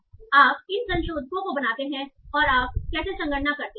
तो आप इन संशोधकों को बनाते हैं और आप कैसे संगणना करते हैं